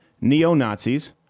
neo-Nazis